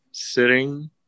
sitting